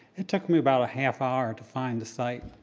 it took me about a half hour to find the site.